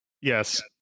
Yes